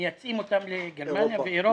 ומייצאים אותם לגרמניה ואירופה.